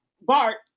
Bart